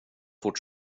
fort